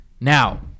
Now